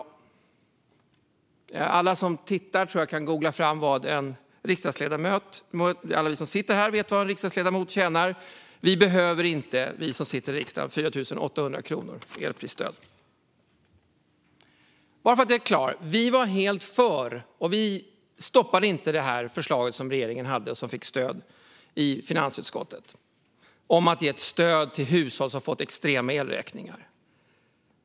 Jag tror att alla som tittar nu kan googla fram vad en riksdagsledamot tjänar, och alla vi här inne vet det också. Vi som sitter i riksdagen behöver inte 4 800 kronor i elprisstöd. Bara så att det står helt klart: Vi var helt för och stoppade inte regeringens förslag, som fick stöd i finansutskottet, om att ge ett stöd till hushåll som fått extrema elräkningar.